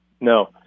No